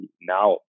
now